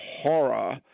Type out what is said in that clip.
horror